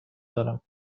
دارم